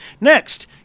Next